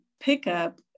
pickup